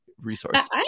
resource